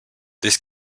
this